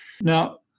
Now